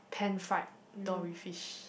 pan fried dory fish